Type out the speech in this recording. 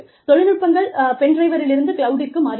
தொழில்நுட்பங்கள் பென் டிரைவிலிருந்து கிளவுடிற்கு மாறியுள்ளது